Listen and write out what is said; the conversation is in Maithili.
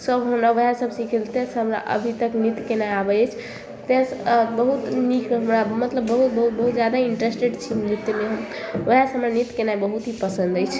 सभ हमरा ओहए सभ सिखेलकै तऽ हमरा अभी तक नृत्य केनाइ आबै अछि तै बहुत नीक तऽ हमरा मतलब बहुत बहुत बहुत जादा इन्टरेस्टेड छी हम नृत्यमे ओहएसँ हमरा नृत्य केनाइ बहुत ही पसन्द अछि